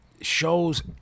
shows